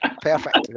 perfect